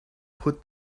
put